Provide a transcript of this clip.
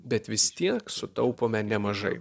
bet vis tiek sutaupome nemažai